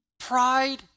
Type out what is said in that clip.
Pride